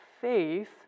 faith